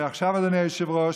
שעכשיו, אדוני היושב-ראש,